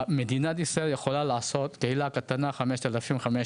מדינת ישראל יכולה לעשות קהילה קטנה 5500,